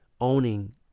owning